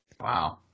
Wow